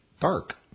dark